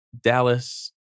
Dallas